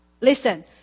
Listen